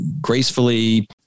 gracefully